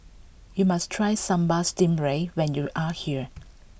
you must try Sambal Stingray when you are here